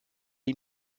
ihm